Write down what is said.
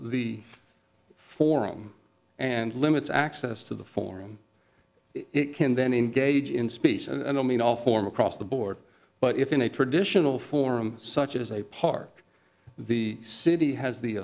the forum and limits access to the forum it can then engage in speech i don't mean all form across the board but if in a traditional forum such as a park the city has the